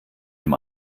dem